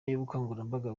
y’ubukangurambaga